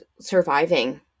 surviving